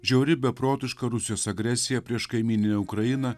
žiauri beprotiška rusijos agresija prieš kaimyninę ukrainą